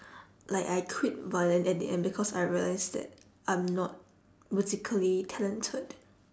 like I quit violin at the end because I realised that I'm not musically talented